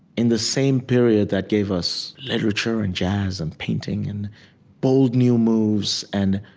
in the same period that gave us literature and jazz and painting and bold new moves and